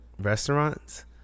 restaurants